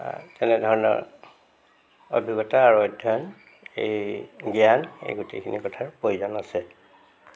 তেনেধৰণৰ অভিজ্ঞতা আৰু অধ্য়য়ন এই জ্ঞান এই গোটেইখিনি কথা প্ৰয়োজন আছে